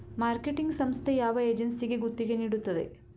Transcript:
Marketing ಸಂಸ್ಥೆ ಯಾವ ಏಜೆನ್ಸಿಗೆ ಗುತ್ತಿಗೆ ನೀಡುತ್ತದೆ?